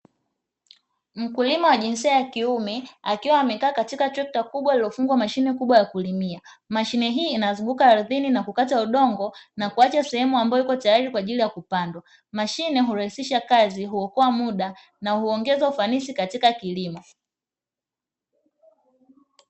Mkulima wa jinsia ya kiume akiwa amekaa katika trekta kubwa iliyofungwa mashine kubwa ya kulimia. Mashine hii inazunguka ardhini na kukataa udongo na kuacha sehemu ambayo iko tayari kwa ajili ya kupandwa. Mashine hurahisisha kazi, huokoa muda na huongeza ufanisi katika kilimo.